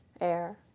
air